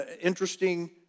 interesting